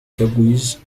teguise